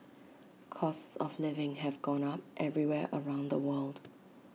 costs of living have gone up everywhere around the world